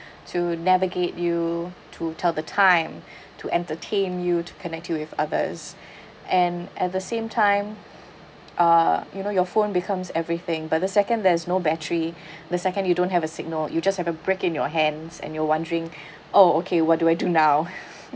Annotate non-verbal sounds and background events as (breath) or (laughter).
to navigate you to tell the time (breath) to entertain you to connect you with others and at the same time uh you know your phone becomes everything by the second there's no battery (breath) the second you don't have a signal you just have a brick in your hands and you're wondering (breath) oh okay what do I do (noise) now